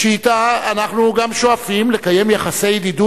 שאתה אנחנו גם שואפים לקיים יחסי ידידות